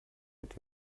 mit